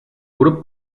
grup